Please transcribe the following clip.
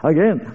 Again